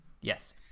Yes